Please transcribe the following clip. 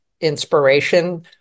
inspiration